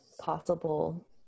possible